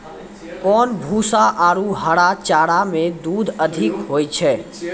कोन भूसा आरु हरा चारा मे दूध अधिक होय छै?